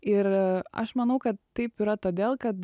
ir aš manau kad taip yra todėl kad